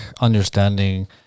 understanding